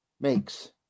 makes